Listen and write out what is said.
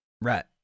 Right